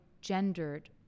gendered